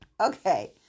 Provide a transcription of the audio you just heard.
okay